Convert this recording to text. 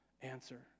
answer